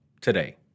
today